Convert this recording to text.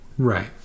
Right